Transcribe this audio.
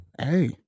hey